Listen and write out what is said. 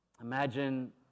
Imagine